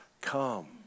come